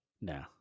no